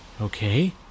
okay